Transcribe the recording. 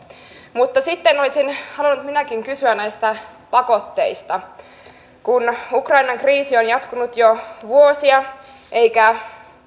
mutta sitten olisin halunnut minäkin kysyä näistä pakotteista kun ukrainan kriisi on jatkunut jo vuosia eikä